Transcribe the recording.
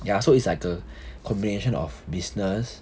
ya so it's like a combination of business